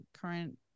current